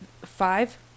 Five